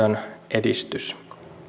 edistys